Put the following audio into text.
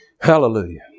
Hallelujah